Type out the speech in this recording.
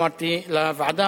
אמרתי לוועדה,